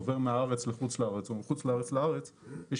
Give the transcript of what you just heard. עובר מהארץ לחוץ לארץ או מחוץ לארץ לארץ - יש